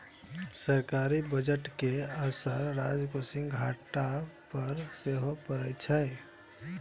सरकारी बजट के असर राजकोषीय घाटा पर सेहो पड़ैत छैक